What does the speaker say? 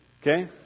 Okay